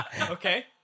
Okay